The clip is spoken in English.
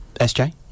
Sj